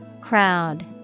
Crowd